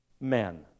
men